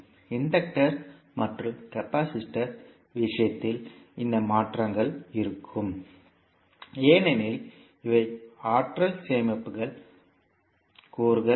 inductor மற்றும் capacitor விஷயத்தில் இந்த மாற்றங்கள் இருக்கும் ஏனெனில் இவை ஆற்றல் சேமிப்பு கூறுகள்